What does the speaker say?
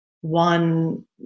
one